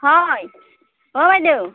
হয় অ' বাইদেউ